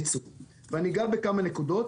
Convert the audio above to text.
אני אגע בכמה נקודות,